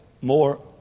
more